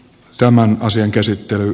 tämän asian käsittelyn